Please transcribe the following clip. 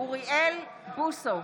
אוריאל בוסו,